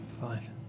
Fine